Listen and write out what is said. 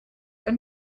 ein